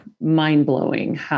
mind-blowing